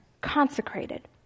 consecrated